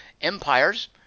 Empires